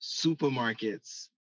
supermarkets